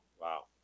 Wow